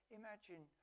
imagine